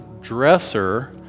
dresser